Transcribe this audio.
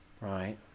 Right